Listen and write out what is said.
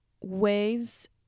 Ways